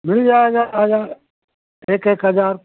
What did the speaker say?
मिल जाएगा हज़ार एक एक हज़ार